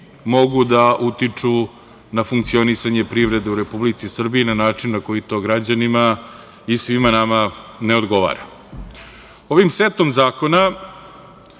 mogu da utiče na funkcionisanje privrede u Republici Srbiji na način na koji to građanima i svima nama ne odgovara. Ovim setom zakona